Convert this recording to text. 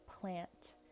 plant